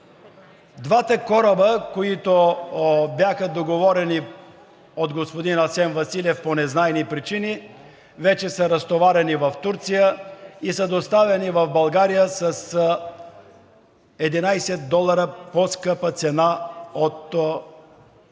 Двата кораба, които бяха договорени от господин Асен Василев, по незнайни причини вече са разтоварени в Турция и са доставени в България с 11 долара по-скъпа цена от